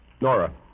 Nora